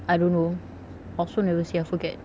I don't know I also never see I forget